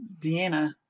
Deanna